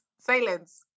silence